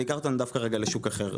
אני אקח אותנו רגע דווקא לשוק אחר.